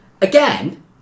again